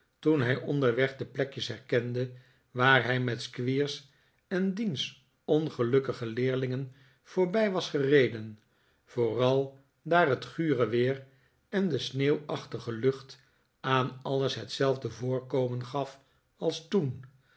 toen hij onderweg de plekjes herkende waar hij met squeers en diens ongelukkige leerlingen voorbij was gereden vooral daar het gure weer en de sneeuwachtige lucht aan alles hetzelfde voorkomen gaf als toen